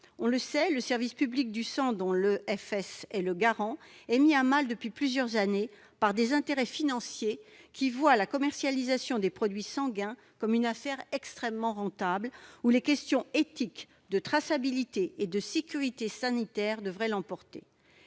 On le sait, le service public du sang, dont l'EFS est le garant, est mis à mal depuis plusieurs années par des intérêts financiers qui voient la commercialisation des produits sanguins comme une affaire extrêmement rentable, là où les questions d'éthique, de traçabilité et de sécurité sanitaire devraient l'emporter.